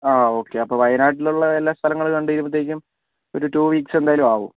ആ ഓക്കേ അപ്പോൾ വയനാട്ടിലുള്ള എല്ലാ സ്ഥലങ്ങളും കണ്ടു തീരുമ്പോഴത്തേക്കും ഒരു ടു വീക്സ് എന്തായാലും ആവും